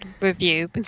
review